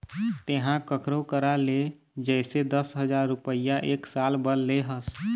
तेंहा कखरो करा ले जइसे दस हजार रुपइया एक साल बर ले हस